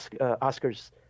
oscar's